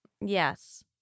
Yes